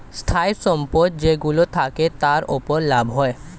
স্থায়ী সম্পদ যেইগুলো থাকে, তার উপর লাভ হয়